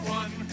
one